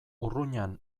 urruñan